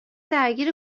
درگیر